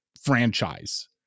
franchise